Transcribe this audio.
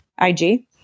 IG